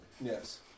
Yes